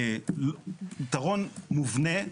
יתרון מובנה,